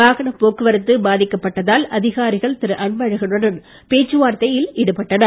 வாகனப்போக்குவரத்து பாதிக்கப்பட்டதால் திரு அன்பழகனுடன் பேச்சு வார்த்தையில் ஈடுபட்டனர்